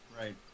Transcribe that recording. right